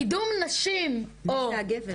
מי זה הגבר?